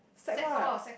sec what